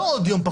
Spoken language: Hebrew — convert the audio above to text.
זה לא עוד יום,